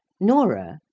norah,